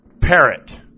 parrot